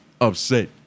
upset